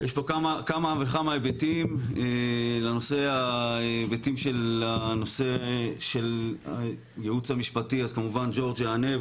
יש פה כמה וכמה היבטים לנושא של הייעוץ המשפטי אז כמובן ג'ורג' יענה,